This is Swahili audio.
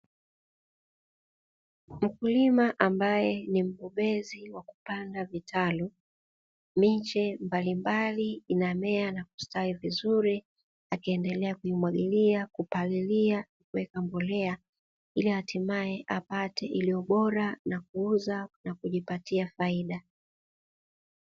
Mkulima ambaye ni mbobezi wa kupanda vitalu, miche mbalimbali inamea na kustawi vizuri akiendelea kuimwagilia, kupalilia kuweka mbolea, ili hatimaye apate iliyobora na kuuza na kujipatia faida.